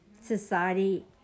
society